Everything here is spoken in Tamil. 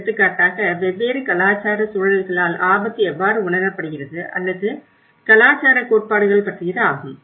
எடுத்துக்காட்டாக வெவ்வேறு கலாச்சார சூழல்களால் ஆபத்து எவ்வாறு உணரப்படுகிறது அல்லது கலாச்சார கோட்பாடுகள் பற்றியது ஆகும்